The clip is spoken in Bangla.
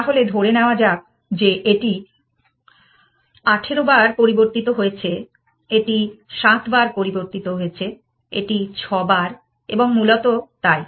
তাহলে ধরে নেওয়া যাক যে এটি 18 বার পরিবর্তিত হয়েছে এটি 7 বার পরিবর্তিত হয়েছে এটি 6 বার এবং মূলত তাই